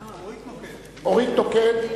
אורית נוקד.